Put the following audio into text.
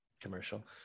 commercial